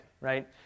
Right